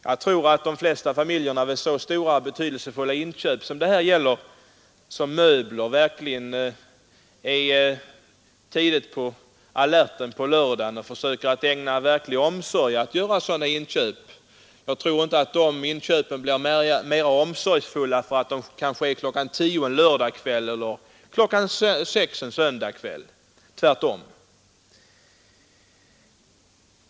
Jag tror att de flesta familjer vid så betydelsefulla inköp som av möbler är på alerten tidigt på lördagen och försöker ägna verklig omsorg åt sådana inköp. Dessa blir säkert inte mera omsorgsfullt gjorda klockan tio en lördagkväll eller klockan sex en söndagkväll, tvärtom.